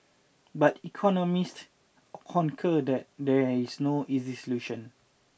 but economists concur that there is no easy solution